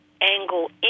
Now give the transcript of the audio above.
angle